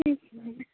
हूँ